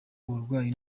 uburwayi